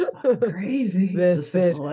crazy